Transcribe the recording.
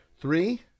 Three